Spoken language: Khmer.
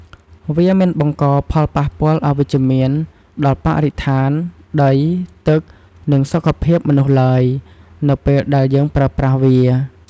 វា មិនបង្កផលប៉ះពាល់អវិជ្ជមាន ដល់បរិស្ថាន ដី ទឹក និងសុខភាពមនុស្សឡើយ នៅពេលដែលយើងប្រើប្រាស់វា។